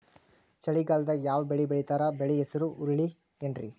ಚಳಿಗಾಲದಾಗ್ ಯಾವ್ ಬೆಳಿ ಬೆಳಿತಾರ, ಬೆಳಿ ಹೆಸರು ಹುರುಳಿ ಏನ್?